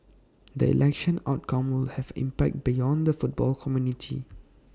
the election outcome will have impact beyond the football community